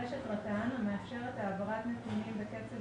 רשת רט"ן המאפשרת העברת נתונים בקצב